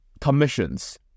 commissions